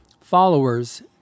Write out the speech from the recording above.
followers